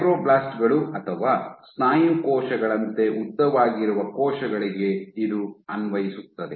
fibroblast ಗಳು ಅಥವಾ ಸ್ನಾಯು ಕೋಶಗಳಂತೆ ಉದ್ದವಾಗಿರುವ ಕೋಶಗಳಿಗೆ ಇದು ಅನ್ವಯಿಸುತ್ತದೆ